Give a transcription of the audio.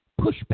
pushback